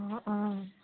অ' অ'